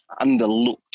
underlooked